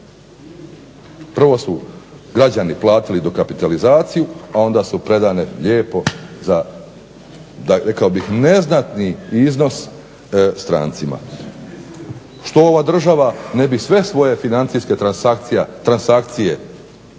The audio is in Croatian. Prvo su građani platili dokapitalizaciju, a onda su predane lijepo za rekao bih za neznatni iznos strancima. Što ova država ne bi sve svoje financijske transakcije